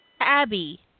Abby